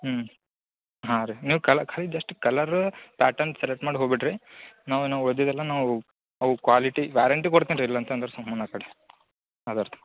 ಹ್ಞೂ ಹಾಂ ರೀ ನೀವು ಕಲ ಕೈ ಜಸ್ಟ್ ಕಲ್ಲರ್ ಪ್ಯಾಟರ್ನ್ ಸೆಲೆಕ್ಟ್ ಮಾಡಿ ಹೋಗಿ ಬಿಡಿರಿ ನಾವು ನಾವು ಉಳ್ದಿದ್ದು ಎಲ್ಲ ನಾವು ಅವು ಕ್ವಾಲಿಟಿ ವ್ಯಾರೆಂಟಿ ಕೋಡ್ತೀನಿ ರೀ ಇಲ್ಲ ಅಂತಂದರೆ ಸುಮ್ಮುನೆ ಆಕಡೆ ಅದರದ್ದು